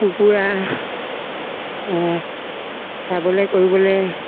কুকুৰা চাবলৈ কৰিবলৈ